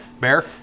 Bear